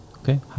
Okay